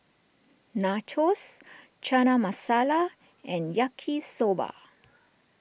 Nachos Chana Masala and Yaki Soba